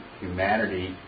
humanity